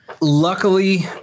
Luckily